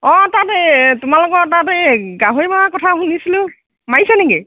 অঁ তাত এই তোমালোকৰ তাত এই গাহৰি মৰাৰ কথা শুনিছিলোঁ মাৰিছে নেকি